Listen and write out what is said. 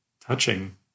touching